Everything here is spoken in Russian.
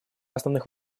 основных